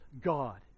God